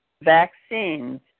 vaccines